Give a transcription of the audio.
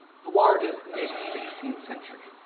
vallard is mid sixteenth century.